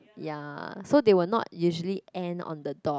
ya so they will not usually end on the dot